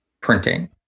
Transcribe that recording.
printing